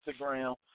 Instagram